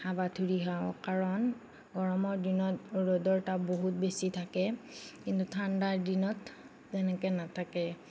হাবাথুৰি খাওঁ কাৰণ গৰমৰ দিনত ৰ'দৰ তাপ বহুত বেছি থাকে কিন্তু ঠাণ্ডাৰ দিনত তেনেকৈ নাথাকে